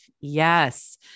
Yes